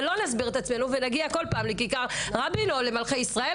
אבל לא נסביר את עצמנו ונגיע כל פעם לכיכר רבין או לכיכר מלכי ישראל,